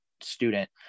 student